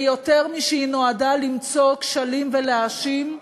ויותר משנועדה למצוא כשלים ולהאשים,